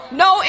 no